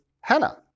Hannah